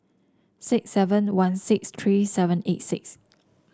six seven one six three seven eight six